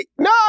no